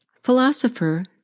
Philosopher